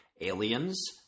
aliens